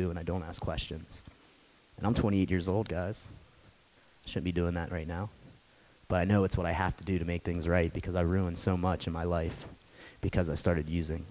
do and i don't ask questions and i'm twenty eight years old should be doing that right now but i know it's what i have to do to make things right because i ruined so much in my life because i started using